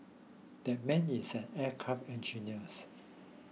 that man is an aircraft engineers